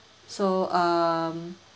so um